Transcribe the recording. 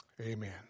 amen